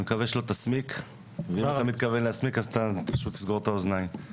אני מקווה שלא תסמיק ואם אתה מתכוון להסמיק אז פשוט תסגור את האוזניים.